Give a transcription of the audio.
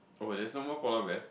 oh there's no more polar bear